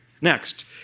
Next